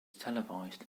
televised